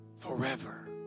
forever